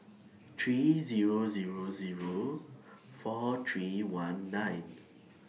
three Zero Zero Zero four three one nine